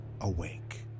awake